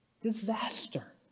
Disaster